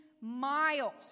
miles